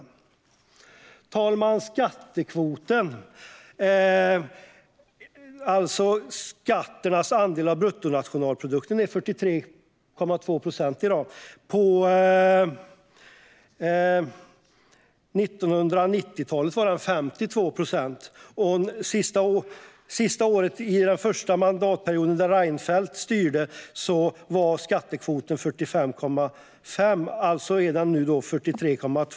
Fru talman! Skattekvoten, det vill säga skatternas andel av bruttonationalprodukten, är i dag 43,2 procent. På 1990-talet var den 52 procent, och det sista året under den första mandatperiod då Reinfeldt styrde var skattekvoten 45,5 procent. Nu är den alltså 43,2 procent.